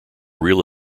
real